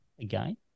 again